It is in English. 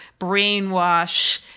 brainwash